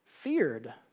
feared